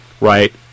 right